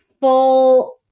full